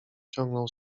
ciągnął